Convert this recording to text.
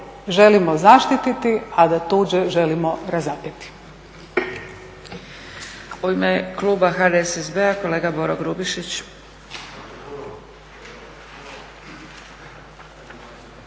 želimo zaštititi a da tuđe želimo razapeti.